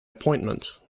appointment